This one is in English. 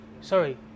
Sorry